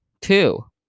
two